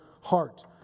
heart